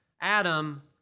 Adam